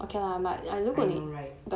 I know right